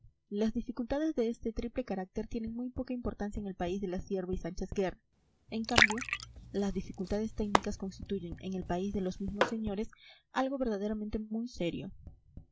las dificultades de este triple carácter tienen muy poca importancia en el país de la cierva y sánchez guerra en cambio las dificultades técnicas constituyen en el país de los mismos señores algo verdaderamente muy serio